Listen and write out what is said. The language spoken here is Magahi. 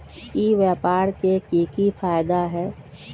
ई व्यापार के की की फायदा है?